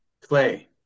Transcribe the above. clay